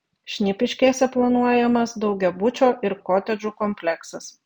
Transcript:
šnipiškėse planuojamas daugiabučio ir kotedžų kompleksas